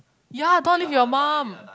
ya I don't want live with your mum